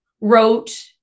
wrote